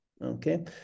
Okay